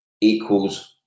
equals